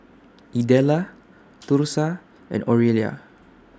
Idella Thursa and Orelia